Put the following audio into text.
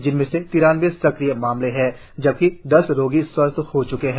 जिनमें से तिरानवे सक्रिय मामले है जबकि दस रोगी स्वस्थ हो च्के है